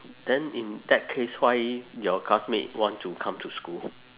then in that case why your classmate want to come to school